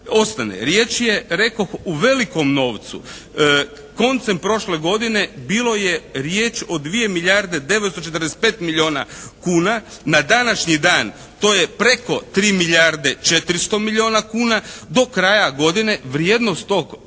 Riječ je rekoh u velikom novcu. Koncem prošle godine bilo je riječi o 2 milijarde 945 milijuna kuna. Na današnji dan to je preko 3 milijarde 400 milijuna kuna. Do kraja godine vrijednost tog